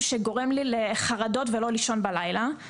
שגורם לי לחרדות ולא לישון בלילה,